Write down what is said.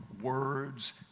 words